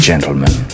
Gentlemen